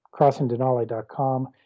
crossingdenali.com